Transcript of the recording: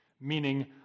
meaning